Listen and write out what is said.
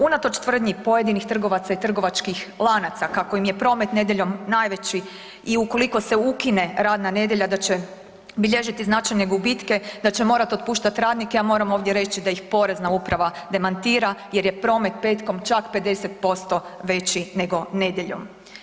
Unatoč tvrdnji pojedinih trgovaca i trgovačkih lanaca kako im je promet nedjeljom najveći i ukoliko se ukine radne nedjelja da će bilježiti značajne gubitke, da će morat otpuštat radnike, ja moram ovdje reći da ih porezna uprava demantira jer je promet petkom čak 50% veći nego nedjeljom.